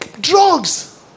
Drugs